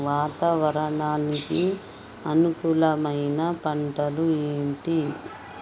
వాతావరణానికి అనుకూలమైన పంటలు ఏంటి?